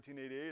1988